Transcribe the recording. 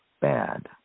bad